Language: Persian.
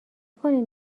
کنین